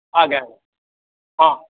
ଆଜ୍ଞା ଆଜ୍ଞା ହଁ